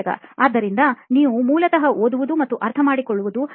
ಸಂದರ್ಶಕ ಆದ್ದರಿಂದ ನೀವು ಮೂಲತಃ ಓದುವುದು ಮತ್ತು ಅರ್ಥಮಾಡಿಕೊಳ್ಳುವುದು